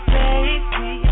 baby